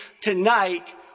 tonight